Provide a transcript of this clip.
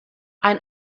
ein